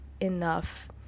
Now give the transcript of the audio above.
enough